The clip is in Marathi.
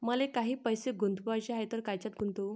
मले काही पैसे गुंतवाचे हाय तर कायच्यात गुंतवू?